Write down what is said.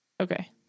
Okay